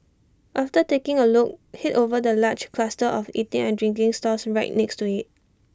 after taking A look Head over the large cluster of eating and drinking stalls right next to IT